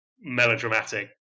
melodramatic